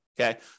okay